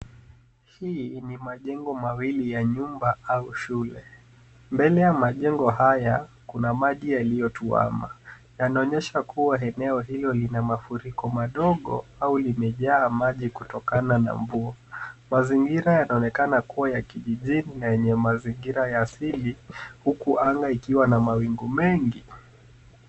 Hii ni majengo mawili ya nyumba au shule. Mbele ya majengo haya, kuna maji yaliyotuama. Yanaonyesha kuwa eneo hilo lina mafuriko madogo au limejaa maji kutokana na mvua. Mazingira yanaonekana kuwa ya kijijini na yenye mazingira ya asili huku anga ikiwa na mawingu mengi.